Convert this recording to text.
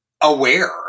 aware